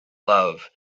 love